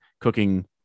cooking